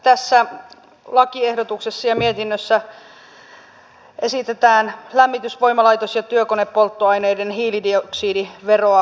tässä lakiehdotuksessa ja mietinnössä esitetään lämmitys voimalaitos ja työkonepolttoaineiden hiilidioksidiveroa korotettavaksi